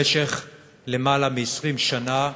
במשך יותר מ-20 שנה,